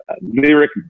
lyric